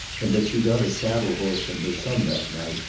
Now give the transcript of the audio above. and that she got a saddle horse from her son that night,